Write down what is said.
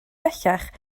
bellach